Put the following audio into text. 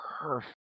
perfect